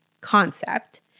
concept